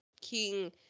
King